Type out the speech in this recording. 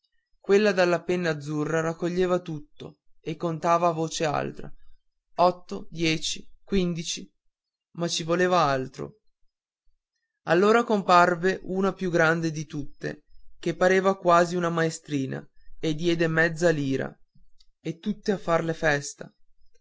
quella della penna azzurra raccoglieva tutto e contava a voce alta otto dieci quindici ma ci voleva altro allora comparve una più grande di tutte che pareva quasi una maestrina e diede mezza lira e tutte a farle festa